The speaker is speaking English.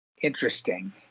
interesting